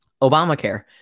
Obamacare